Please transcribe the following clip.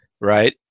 Right